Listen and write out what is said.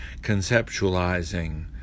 conceptualizing